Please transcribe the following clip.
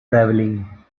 travelling